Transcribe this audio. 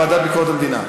ביקורת המדינה.